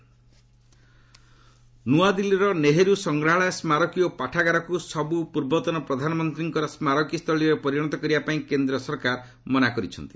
LS Nehru ନୂଆଦିଲ୍ଲୀର ନେହେରୁ ସଂଗ୍ରାହଳୟ ସ୍କାରକୀ ଓ ପାଠାଗାରକୁ ସବୁ ପୂର୍ବତନ ପ୍ରଧାନମନ୍ତ୍ରୀଙ୍କର ସ୍କାରକୀ ସ୍ଥଳୀରେ ପରିଣତ କରିବା ପାଇଁ କେନ୍ଦ୍ର ସରକାର ମନା କରିଛନ୍ତି